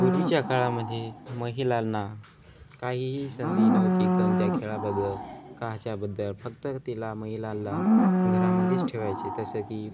पूर्वीच्या काळामध्ये महिलांना काहीही संधी नव्हती कन त्या खेळाबद्दल काच्याबद्दल फक्त तिला महिलाला घरामध्येच ठेवायचे तसं की